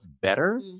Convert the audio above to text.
better